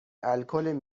الکل